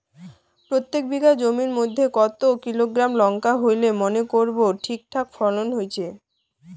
প্রত্যেক বিঘা জমির মইধ্যে কতো কিলোগ্রাম লঙ্কা হইলে মনে করব ঠিকঠাক ফলন হইছে?